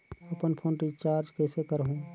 अपन phone recharge कइसे करहु?